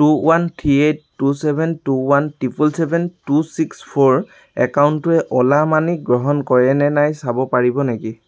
two one three eight two seven two one triple seven two six four একাউণ্টটোৱে অ'লা money গ্ৰহণ কৰে নে নাই চাব পাৰিব নেকি